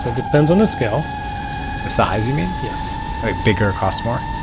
so depends on the scale the size, you mean? yes bigger costs more?